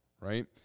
right